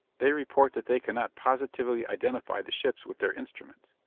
they report that they cannot positively identify the ships with their instruments,